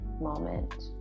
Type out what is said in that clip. moment